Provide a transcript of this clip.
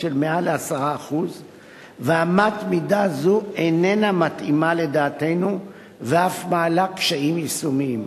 של מעל 10%. אמת מידה זו איננה מתאימה לדעתנו ואף מעלה קשיים יישומיים.